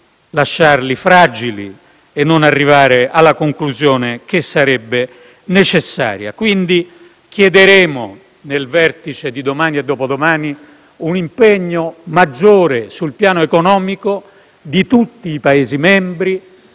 lasciarli fragili e non arrivare alla conclusione che sarebbe necessaria. Quindi, chiederemo, nel vertice di domani e dopodomani, un impegno maggiore sul piano economico di tutti i Paesi membri